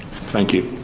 thank you.